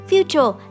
Future